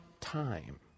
time